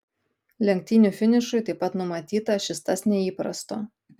lenktynių finišui taip pat numatyta šis tas neįprasto